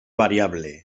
variable